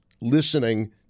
listening